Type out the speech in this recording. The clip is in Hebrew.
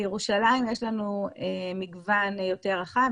בירושלים יש לנו מגוון יותר רחב,